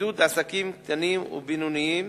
עידוד עסקים קטנים ובינוניים,